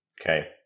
Okay